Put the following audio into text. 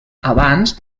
abans